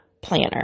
planner